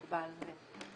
מקובל.